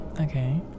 Okay